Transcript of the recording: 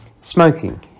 smoking